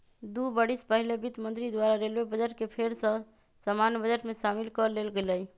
दू बरिस पहिले वित्त मंत्री द्वारा रेलवे बजट के फेर सँ सामान्य बजट में सामिल क लेल गेलइ